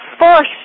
first